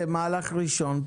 מהלך ראשון,